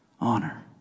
honor